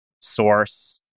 source